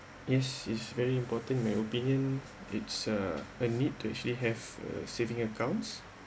is is very important my opinion it's uh a need to actually have a saving account